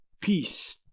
Peace